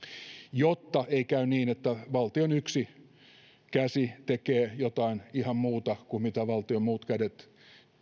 jotta ei käy niin että valtion yksi käsi tekee jotain ihan muuta kuin mitä valtion muut kädet